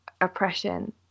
oppression